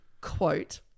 quote